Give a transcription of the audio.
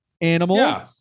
Animal